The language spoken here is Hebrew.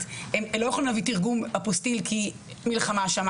והם לא יכולים להביא אפוסטיל כי שם יש מלחמה.